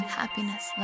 happiness